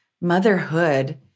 motherhood